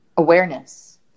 Awareness